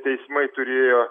teismai turėjo